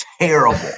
terrible